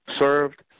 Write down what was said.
served